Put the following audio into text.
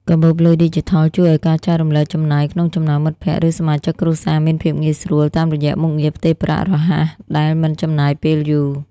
កាបូបលុយឌីជីថលជួយឱ្យការចែករំលែកចំណាយក្នុងចំណោមមិត្តភក្តិ ឬសមាជិកគ្រួសារមានភាពងាយស្រួល តាមរយៈមុខងារផ្ទេរប្រាក់រហ័សដែលមិនចំណាយពេលយូរ។